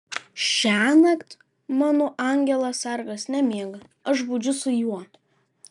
šiąnakt mano angelas sargas nemiega aš budžiu su juo